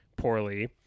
poorly